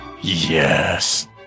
yes